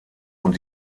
und